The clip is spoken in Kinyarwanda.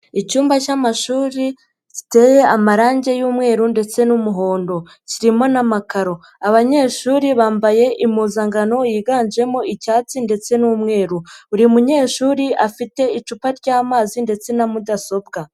Icyumba cy'amashuri giteye amarangi y'umweru ndetse n'umuhondo. Kirimo n'amakaro. Abanyeshuri bambaye impuzankano yiganjemo icyatsi ndetse n'umweru. Buri munyeshuri afite icupa ry'amazi ndetse na mudasobwa.